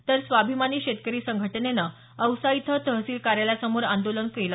तर स्वाभिमानी शेतकरी संघटनेने औसा इथं तहसील कार्यालयासमोर आंदोलन करण्यात आलं